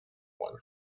one